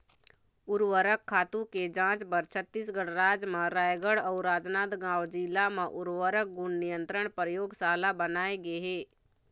उरवरक खातू के जांच बर छत्तीसगढ़ राज म रायगढ़ अउ राजनांदगांव जिला म उर्वरक गुन नियंत्रन परयोगसाला बनाए गे हे